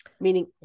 meaning